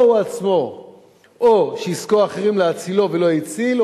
או הוא בעצמו או ישכור אחרים להצילו ולא הציל",